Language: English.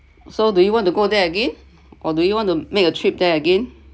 so do you want to go there again or do you want to make a trip there again